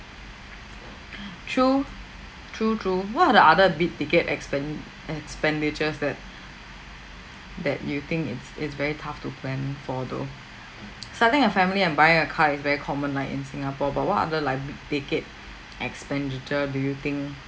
true true true what are the other big-ticket expen~ expenditures that that you think it's is very tough to plan for though starting a family and buying a car is very common lah in singapore but what other like big-ticket expenditure do you think